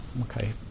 okay